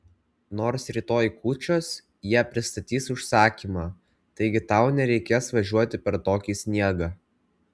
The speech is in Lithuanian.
nors rytoj kūčios jie pristatys užsakymą taigi tau nereikės važiuoti per tokį sniegą